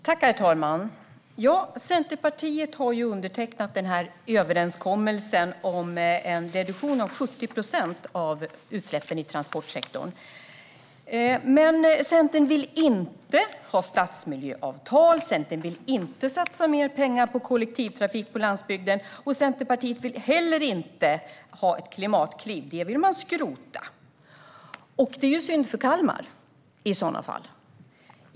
Herr talman! Centerpartiet har undertecknat överenskommelsen om en reduktion av utsläppen i transportsektorn med 70 procent. Centern vill dock inte ha stadsmiljöavtal, Centern vill inte satsa mer pengar på kollektivtrafik på landsbygden och Centerpartiet vill heller inte ha ett klimatkliv, utan det vill man skrota. Det är i så fall synd för Kalmar.